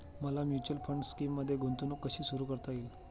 मला mutual fund स्कीममध्ये गुंतवणूक कशी सुरू करता येईल?